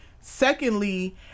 Secondly